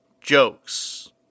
jokes